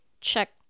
check